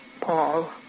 Paul